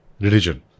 religion